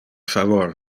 favor